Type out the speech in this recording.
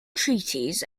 treaties